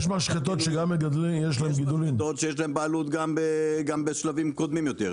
יש משחטות שיש להן בעלות גם בשלבים קודמים יותר.